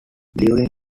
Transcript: during